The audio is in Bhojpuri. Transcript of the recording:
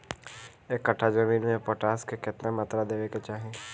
एक कट्ठा जमीन में पोटास के केतना मात्रा देवे के चाही?